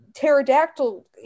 pterodactyl